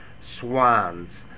swans